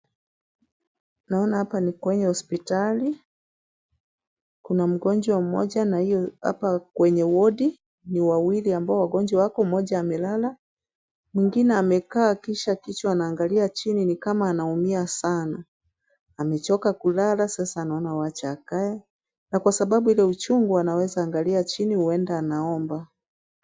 Naona hapa ni kwenye hospitali, kuna mgonjwa mmoja na hiyo hapa kwenye wodi ni wawili ambao wagonjwa wako mmoja amelala mwingine amekaa kisha kichwa anaangalia chini ni kama anaumia sana. Amechoka kulala sasa anaona wacha akae, na kwa sababu ile uchungu anaweza angalia chini uenda anaomba.